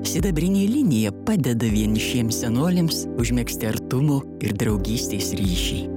sidabrinė linija padeda vienišiems senoliams užmegzti artumo ir draugystės ryšį